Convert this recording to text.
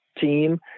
team